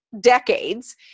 decades